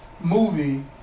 movie